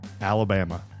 Alabama